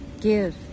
give